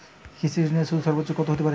কৃষিঋণের সুদ সর্বোচ্চ কত হতে পারে?